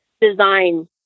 design